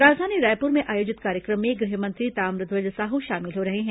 राजधानी रायपुर में आयोजित कार्यक्रम में गृह मंत्री ताम्रध्वज साहू शामिल हो रहे हैं